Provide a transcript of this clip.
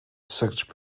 such